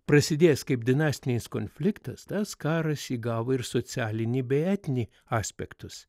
prasidėjęs kaip dinastiniais konfliktas tas karas įgavo ir socialinį bei etininį aspektus